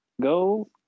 Go